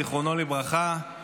זיכרונו לברכה,